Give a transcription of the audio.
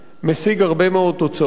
משיג הרבה מאוד תוצאות.